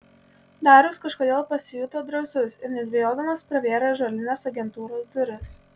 darius kažkodėl pasijuto drąsus ir nedvejodamas pravėrė ąžuolines agentūros duris